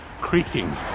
creaking